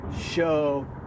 show